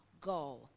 go